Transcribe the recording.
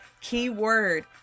Keyword